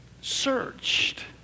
searched